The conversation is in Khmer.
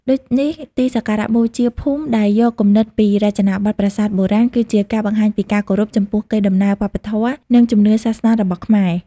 ដូចនេះ ទីសក្ការៈបូជាភូមិដែលយកគំនិតពីរចនាបថប្រាសាទបុរាណ គឺជាការបង្ហាញពីការគោរពចំពោះកេរដំណែលវប្បធម៌ និងជំនឿសាសនារបស់ខ្មែរ។